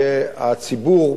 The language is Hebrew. כי הציבור,